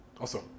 Awesome